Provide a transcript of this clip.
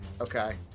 Okay